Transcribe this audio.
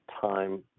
time